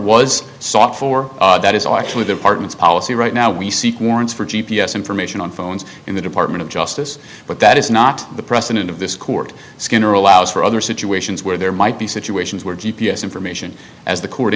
was sought for that is actually department's policy right now we seek warrants for g p s information on phones in the department of justice but that is not the precedent of this court skinner allows for other situations where there might be situations where g p s information as the court